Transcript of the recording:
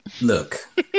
look